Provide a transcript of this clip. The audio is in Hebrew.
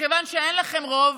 ומכיוון שאין לכם רוב,